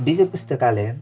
विजय पुस्तकालय